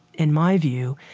in my view,